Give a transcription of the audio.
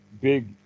big